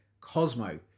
Cosmo